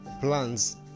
plans